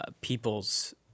people's